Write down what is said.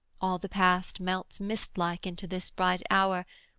all the past melts mist-like into this bright hour,